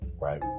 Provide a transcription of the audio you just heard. right